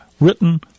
written